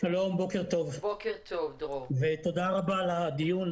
בוקר טוב ותודה על הדיון,